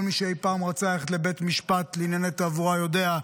כל מי שאי-פעם רצה ללכת לבית משפט לענייני תעבורה יודע,